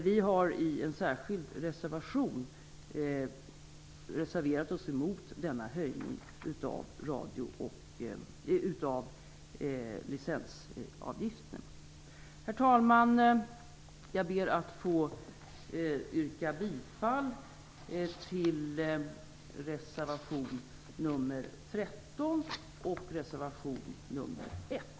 Vi har i en särskild reservation reserverat oss emot denna höjning av licensavgiften. Herr talman! Jag ber att få yrka bifall till reservationerna nr 13 och nr 1.